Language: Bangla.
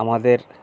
আমাদের